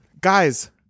Guys